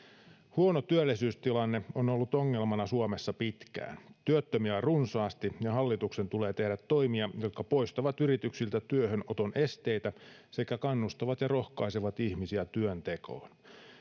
huono työllisyystilanne on on ollut ongelmana suomessa pitkään työttömiä on runsaasti ja hallituksen tulee tehdä toimia jotka poistavat yrityksiltä työhönoton esteitä sekä kannustavat ja rohkaisevat ihmisiä työntekoon